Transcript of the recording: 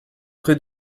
pré